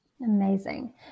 Amazing